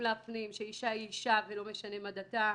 להפנים שאישה היא אישה ולא משנה מה דתה,